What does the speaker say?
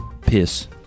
piss